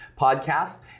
podcast